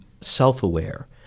self-aware